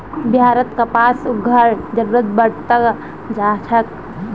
बिहारत कपास उद्योगेर जरूरत बढ़ त जा छेक